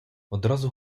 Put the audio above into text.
одразу